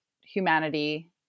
humanity